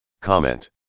Comment